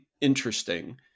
interesting